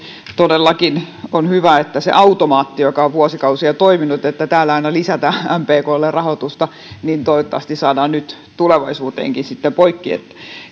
todellakin on hyvä että se automaatti joka on vuosikausia toiminut että täällä aina lisätään mpklle rahoitusta toivottavasti saadaan nyt tulevaisuuteenkin sitten poikki eli